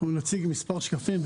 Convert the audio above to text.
אנחנו נציג כמה שקפים.